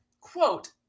quote